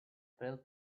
twelve